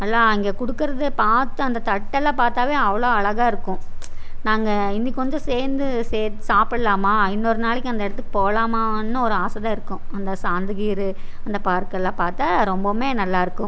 நல்லா அங்கே கொடுக்கறத பார்த்து அந்த தட்டெல்லாம் பார்த்தால் அவ்வளோ அழகாக இருக்கும் நாங்க இன்றைக்கு கொஞ்சம் சேர்ந்து சேர்த்து சாப்புடலாமா இன்னொரு நாளைக்கு அந்த இடத்துக்கு போகலாமான்னு ஒரு ஆசை தான் இருக்கும் அந்த ஆசை சாந்துகீறு அந்த பார்க்கெல்லாம் பார்த்தா ரொம்பவும் நல்லா இருக்கும்